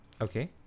Okay